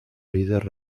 líder